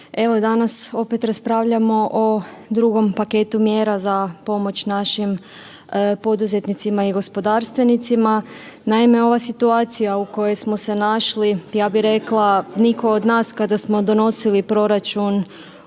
danas opet raspravljamo o drugom paketu mjera za pomoć našim poduzetnicima i gospodarstvenicima. Naime, ova situacija u kojoj smo se našli ja bih rekla nitko od nas kada smo donosili proračun